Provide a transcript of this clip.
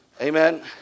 Amen